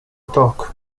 talk